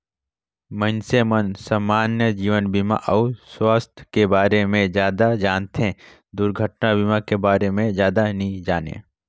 मइनसे मन समान्य जीवन बीमा अउ सुवास्थ के बारे मे जादा जानथें, दुरघटना बीमा के बारे मे जादा नी जानें